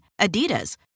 Adidas